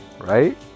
right